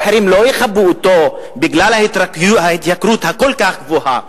האחרים לא יכבו אותו בגלל ההתייקרות הכל-כך גבוהה.